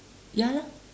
ya lah